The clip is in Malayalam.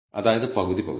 അതായത് പകുതി പകുതി